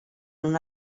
una